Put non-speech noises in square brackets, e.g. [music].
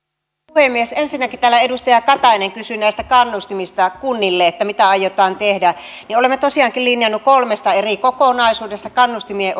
puhemies ensinnäkin täällä edustaja katainen kysyi näistä kannustimista kunnille että mitä aiotaan tehdä olemme tosiaankin linjanneet kolmesta eri kokonaisuudesta kannustimien [unintelligible]